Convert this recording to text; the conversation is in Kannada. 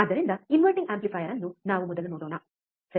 ಆದ್ದರಿಂದ ಇನ್ವರ್ಟಿಂಗ್ ಆಂಪ್ಲಿಫಯರ್ ಅನ್ನು ನಾವು ಮೊದಲು ನೋಡೋಣ ಸರಿ